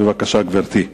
בבקשה, גברתי.